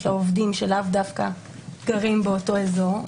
לה עובדים שלאו דווקא גרים באותו אזור.